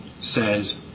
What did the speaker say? says